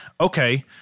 okay